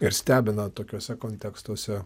ir stebina tokiuose kontekstuose